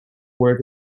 work